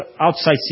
outside